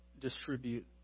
distribute